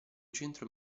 centro